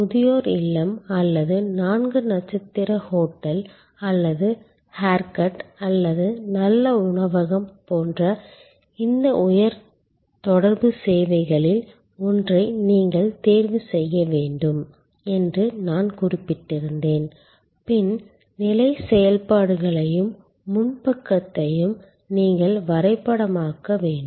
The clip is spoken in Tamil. முதியோர் இல்லம் அல்லது நான்கு நட்சத்திர ஹோட்டல் அல்லது ஹேர்கட் அல்லது நல்ல உணவகம் போன்ற இந்த உயர் தொடர்பு சேவைகளில் ஒன்றை நீங்கள் தேர்வு செய்ய வேண்டும் என்று நான் குறிப்பிட்டிருந்தேன் பின் நிலை செயல்பாடுகளையும் முன்பக்கத்தையும் நீங்கள் வரைபடமாக்க வேண்டும்